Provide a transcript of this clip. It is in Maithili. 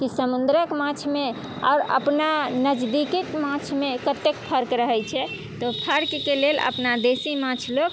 कि समुद्रके माछमे आओर अपना नजदीकीके माछमे कतेक फर्क रहै छै तऽ फर्कके लेल अपना देसी माछ लोक